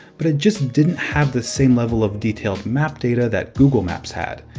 but it just didn't have the same level of detailed map data that google maps had.